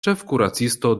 ĉefkuracisto